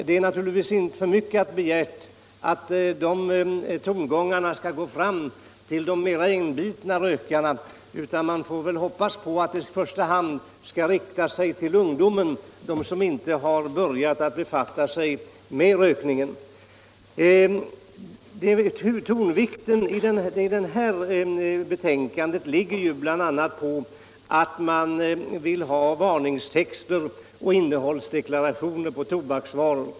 Det är naturligtvis för mycket begärt att de tongångarna skall gå fram till de mera inbitna rökarna, utan informationen får väl i första hand riktas till ungdomen, som inte har börjat befatta sig med rökning. Tonvikten i det här betänkandet ligger bl.a. på varningstexter och innehållsdeklarationer på förpackningar till tobaksvaror.